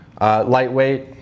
Lightweight